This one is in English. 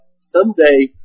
someday